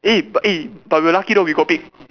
eh but eh but we lucky though we got picked